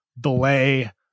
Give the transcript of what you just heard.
delay